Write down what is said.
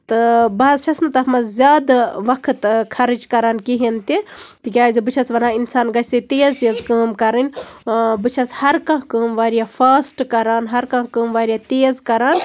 تہٕ بہٕ حظ چھَس نہٕ تَتھ منٛز زیادٕ وقت خَرٕچ کران کِہینۍ تہِ تِکیازِ بہٕ چھَس وَنان اِنسان گژھِ تیز تیز کٲم کرٕنۍ بہٕ چھَس ہر کانٛہہ کٲم واریاہ فاسٹ کران ہر کانٛہہ کٲم واریاہ تیز کران